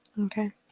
okay